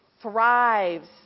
thrives